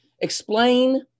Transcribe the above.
Explain